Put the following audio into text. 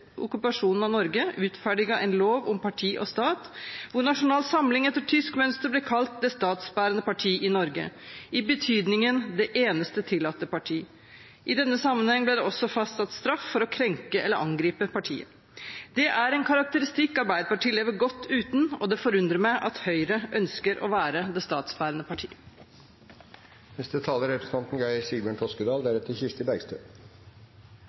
okkupasjonen av Norge utferdiget en «lov om parti og stat», hvor Nasjonal Samling etter tysk mønster ble kalt «det statsbærende parti» i Norge, i betydningen det eneste tillatte parti. I denne sammenheng ble det også fastsatt straff for å krenke eller angripe partiet. Dette er en karakteristikk Arbeiderpartiet lever godt uten, og det forundrer meg at Høyre ønsker å være det